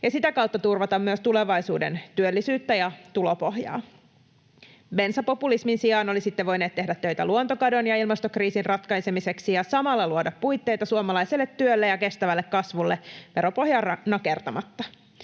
sitä kautta turvata myös tulevaisuuden työllisyyttä ja tulopohjaa. Bensapopulismin sijaan olisitte voineet tehdä töitä luontokadon ja ilmastokriisin ratkaisemiseksi ja samalla luoda puitteita suomalaiselle työlle ja kestävälle kasvulle veropohjaa nakertamatta.